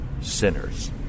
sinners